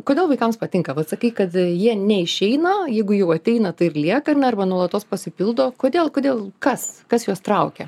kodėl vaikams patinka vat sakei kad jie neišeina jeigu jau ateina tai ir lieka na ir va nuolatos pasipildo kodėl kodėl kas kas juos traukia